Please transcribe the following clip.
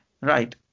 Right